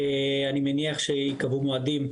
אני מניח שייקבעו מועדים בקרוב.